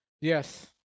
Yes